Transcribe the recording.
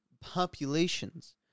populations